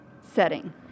setting